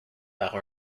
par